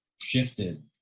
shifted